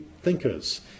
thinkers